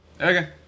Okay